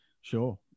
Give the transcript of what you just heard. sure